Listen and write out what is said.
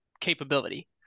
capability